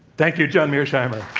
thank you, john mearsheimer.